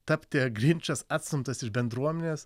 tapti grinčas atstumtas iš bendruomenės